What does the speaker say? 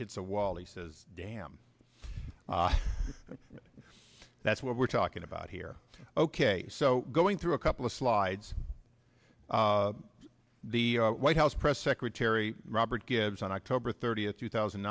hits a wall he says damn it that's what we're talking about here ok so going through a couple of slides the white house press secretary robert gibbs on october thirtieth two thousand